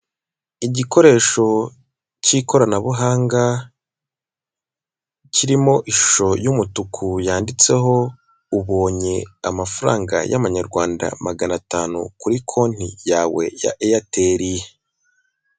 Igikoresho cy'ikoranabuhanga kirimo ishusho y'umutuku yanditseho ubonye amafaranga y'amanyarwanda magana atanu kuri konti yawe ya Airtel.